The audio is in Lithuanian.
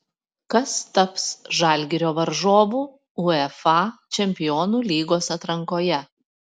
kas taps žalgirio varžovu uefa čempionų lygos atrankoje